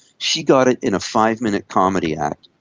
she got it in a five-minute comedy act.